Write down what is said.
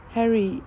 ”Harry